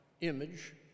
image